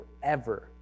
forever